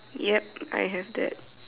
yup I have that